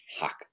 hack